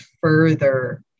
further